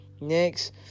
Next